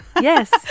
Yes